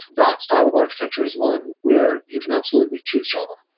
that style of architecture is one where you can absolutely choose java.